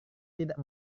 tidak